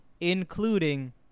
including